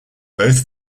both